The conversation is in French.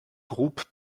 groupes